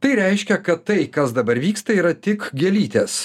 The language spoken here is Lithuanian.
tai reiškia kad tai kas dabar vyksta yra tik gėlytės